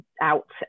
out